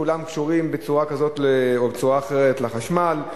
כולם קשורים בצורה כזאת או בצורה אחרת לחשמל,